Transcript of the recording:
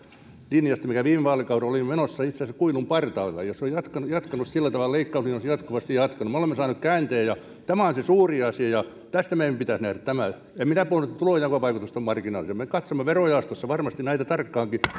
linjasta mikä viime vaalikaudella oli menossa olimme itse asiassa kuilun partaalla ja jos olisi jatkettu sillä tavalla leikkaaminen olisi jatkuvasti jatkunut saaneet aikaan käänteen tämä on se suuri asia ja tämä meidän pitäisi nähdä en minä puhunut että tulonjakovaikutukset ovat marginaalisia me katsomme verojaostossa varmasti näitä tarkkaankin